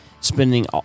spending